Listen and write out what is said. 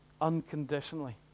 unconditionally